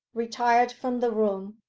retired from the room,